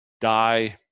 die